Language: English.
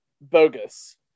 bogus